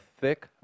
thick